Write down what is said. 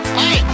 hey